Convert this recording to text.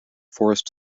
forest